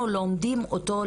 אנחנו לומדים אותו,